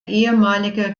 ehemalige